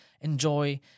enjoy